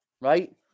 right